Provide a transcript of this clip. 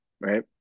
right